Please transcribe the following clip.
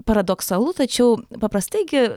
paradoksalu tačiau paprastai gi